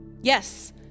Yes